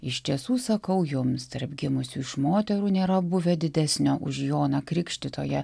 iš tiesų sakau jums tarp gimusių iš moterų nėra buvę didesnio už joną krikštytoją